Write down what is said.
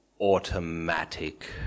automatic